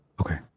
Okay